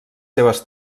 seves